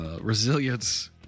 Resilience